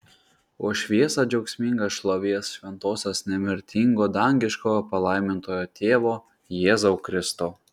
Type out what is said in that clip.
o šviesa džiaugsminga šlovės šventosios nemirtingo dangiško palaimintojo tėvo jėzau kristau